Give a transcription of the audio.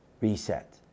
Reset